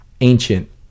ancient